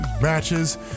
matches